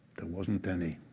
there wasn't any.